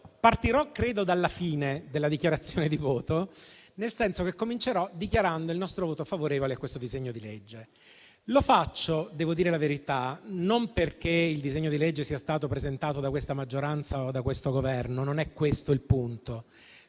partirò dalla fine della dichiarazione di voto, nel senso che comincerò dichiarando il nostro voto favorevole a questo disegno di legge. Lo faccio, devo dire la verità, non perché il disegno di legge sia stato presentato da questa maggioranza o da questo Governo. Non è questo il punto.